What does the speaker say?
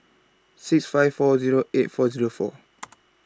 six five four Zero eight four Zero four